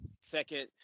second